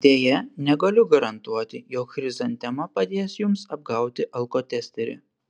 deja negaliu garantuoti jog chrizantema padės jums apgauti alkotesterį